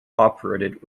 operated